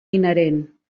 inherent